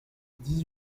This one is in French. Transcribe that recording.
dix